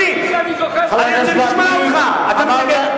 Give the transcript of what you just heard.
חבר הכנסת וקנין, חבר הכנסת